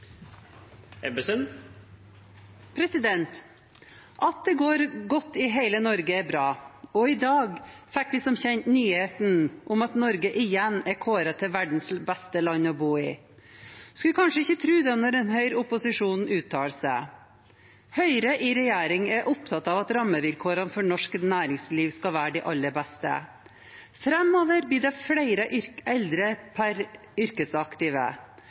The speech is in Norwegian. framtiden. At det går godt i hele Norge, er bra, og i dag fikk vi som kjent nyheten om at Norge igjen er kåret til verdens beste land å bo i. Man skulle kanskje ikke tro det når man hører opposisjonen uttale seg. Høyre i regjering er opptatt av at rammevilkårene for norsk næringsliv skal være de aller beste. Framover blir det flere eldre per yrkesaktive,